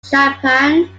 japan